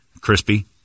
Crispy